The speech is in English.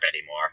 anymore